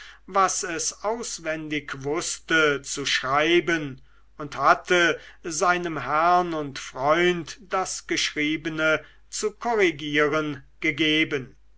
was es auswendig wußte zu schreiben und hatte seinem herrn und freund das geschriebene zu korrigieren gegeben